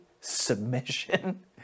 submission